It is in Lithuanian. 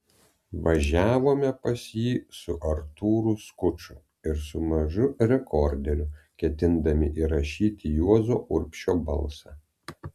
važiavome pas jį su artūru skuču ir su mažu rekorderiu ketindami įrašyti juozo urbšio balsą